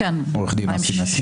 עורך דין אסי מסינג.